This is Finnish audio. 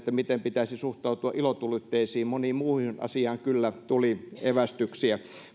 miten pitäisi suhtautua ilotulitteisiin moneen muuhun asiaan kyllä tuli evästyksiä